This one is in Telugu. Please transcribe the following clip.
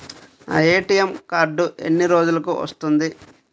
నా ఏ.టీ.ఎం కార్డ్ ఎన్ని రోజులకు వస్తుంది?